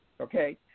okay